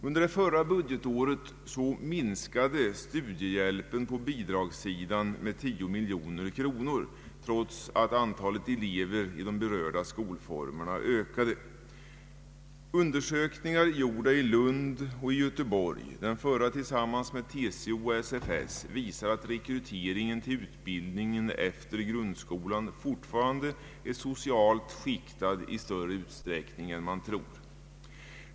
Under förra budgetåret minskade studiehjälpen på bidragssidan med 10 miljoner kronor, trots att antalet elever i de berörda skolformerna ökade. Undersökningar gjorda i Lund och i Göteborg — den förra tillsammans med TCO och SFS — visar att rekryteringen till utbildningen efter grundskolan fortfarande är socialt skiktad i större utsträckning än man tror.